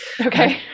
Okay